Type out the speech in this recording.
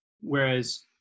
whereas